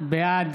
בעד